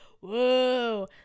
whoa